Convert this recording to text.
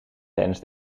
tijdens